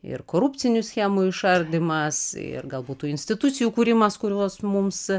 ir korupcinių schemų išardymas ir galbūt tų institucijų kūrimas kurios mums